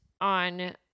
on